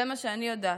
זה מה שאני יודעת,